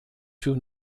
für